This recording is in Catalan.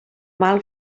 mal